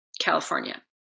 california